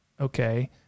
Okay